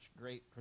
great